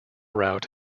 route